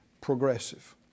Progressive